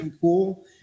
cool